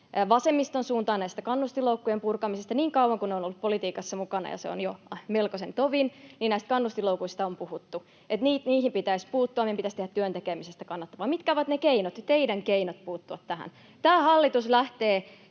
vasemmiston suuntaan kannustinloukkujen purkamisesta, sillä niin kauan kun olen ollut politiikassa mukana, ja se on jo melkoinen tovi, näistä kannustinloukuista on puhuttu, että niihin pitäisi puuttua, meidän pitäisi tehdä työn tekemisestä kannattavaa. Mitkä ovat ne keinot, teidän keinonne, puuttua tähän? Tämä hallitus lähtee